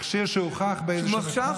מכשיר שהוכח במבחן.